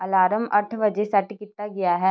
alarm ਅੱਠ ਵਜੇ set ਕੀਤਾ ਗਿਆ ਹੈ